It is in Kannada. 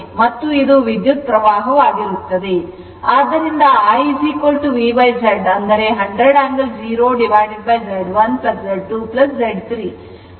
ಮತ್ತು ಇದು ವಿದ್ಯುತ್ ಪ್ರವಾಹ ಆಗಿರುತ್ತದೆ